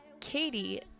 Katie